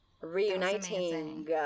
Reuniting